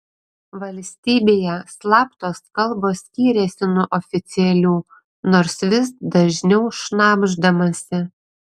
valstybėje slaptos kalbos skiriasi nuo oficialių nors vis dažniau šnabždamasi